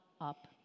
up